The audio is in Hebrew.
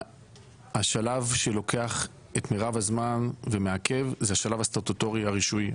השלב שלוקח את מירב הזמן ומעכב זה השלב הסטטוטורי הרישוי.